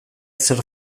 zer